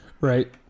Right